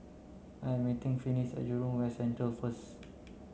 I am meeting Finis at Jurong West Central first